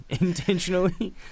intentionally